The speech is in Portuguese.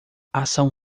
ação